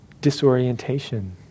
disorientation